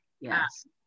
yes